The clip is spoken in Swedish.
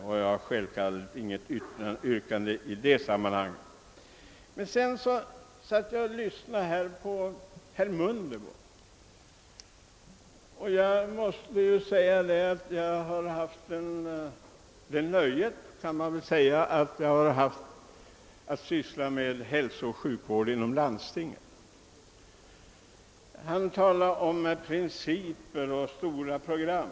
Jag har självfallet inget yrkande i detta sammanhang. Jag har haft glädjen att inom lands tinget få syssla med hälsooch sjukvårdsfrågor. Jag lyssnade här på herr Mundebo, som talade om principer och stora program.